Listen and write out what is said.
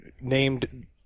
named